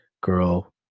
girl